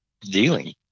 dealing